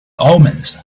omens